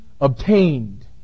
obtained